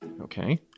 Okay